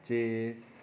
chess